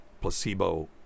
placebo